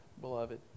beloved